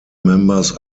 members